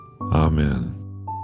Amen